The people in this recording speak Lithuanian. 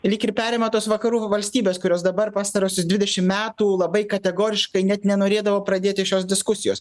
lyg ir perima tos vakarų valstybės kurios dabar pastaruosius dvidešim metų labai kategoriškai net nenorėdavo pradėti šios diskusijos